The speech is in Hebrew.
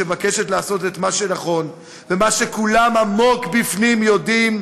שמבקשת לעשות את מה שנכון ומה שכולם עמוק בפנים יודעים,